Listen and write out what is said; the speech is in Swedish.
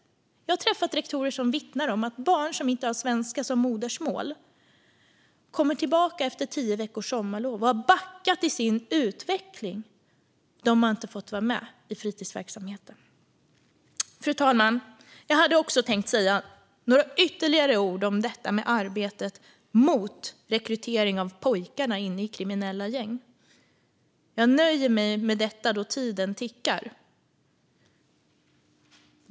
Jag har träffat rektorer som vittnar om att barn som inte har svenska som modersmål kommer tillbaka efter tio veckors sommarlov och har backat i sin utveckling. De har inte fått vara med i fritidsverksamheten. Fru talman! Jag hade tänkt säga några ytterligare ord om arbetet mot rekrytering av pojkarna in i kriminella gäng. Jag nöjer mig med detta då tiden tickar.